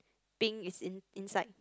pink is in inside